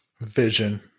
Vision